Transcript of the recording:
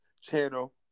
channel